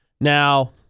Now